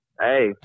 Hey